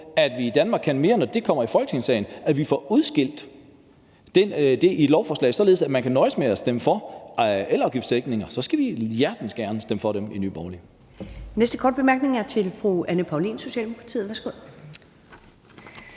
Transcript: at vi i »Danmark kan mere«, når det kommer i Folketingssalen, får udskilt det i et lovforslag, således at man kan nøjes med at stemme for elafgiftssænkninger, så skal vi hjertens gerne stemme for dem i Nye Borgerlige.